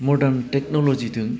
मर्डान technology दों